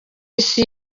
isi